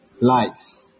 life